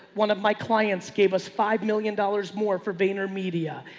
one of my clients gave us five million dollars more for vayner media.